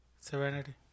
Serenity